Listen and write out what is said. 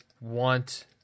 want